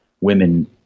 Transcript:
women